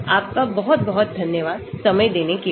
आपका बहुत बहुत धन्यवाद समय देने के लिए